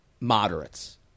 moderates